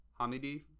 Hamidi